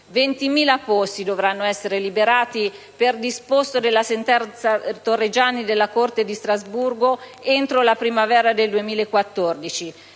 stessi. Dovranno essere liberati 20.000 posti per disposto della sentenza Torreggiani della Corte di Strasburgo entro la primavera del 2014.